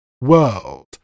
world